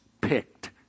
picked